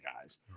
guys